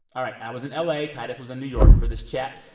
all right, i was in la. tituss was in new york for this chat.